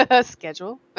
schedule